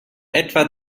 etwa